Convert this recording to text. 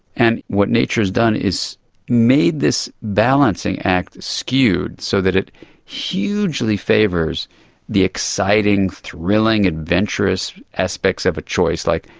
and what nature has done is made this balancing act skewed so that it hugely favours the exciting, thrilling, adventurous aspects of a choice, like,